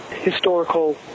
historical